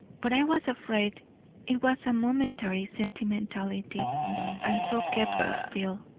but i was afraid it was a momentary sentimentality and so kept still.